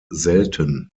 selten